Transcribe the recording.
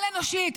אל-אנושית.